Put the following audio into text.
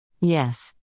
Yes